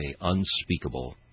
unspeakable